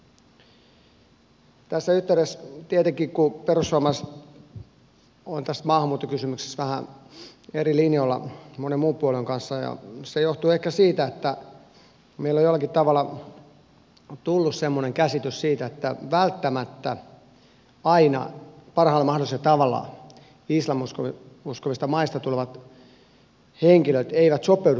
tässä yhteydessä tietenkin perussuomalaiset on tässä maahanmuuttokysymyksessä vähän eri linjoilla kuin moni muu puolue ja se johtuu ehkä siitä että meillä on jollakin tavalla tullut semmoinen käsitys että välttämättä aina parhaalla mahdollisella tavalla islam uskovista maista tulevat henkilöt eivät sopeudu suomeen